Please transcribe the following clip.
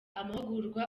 amahugurwa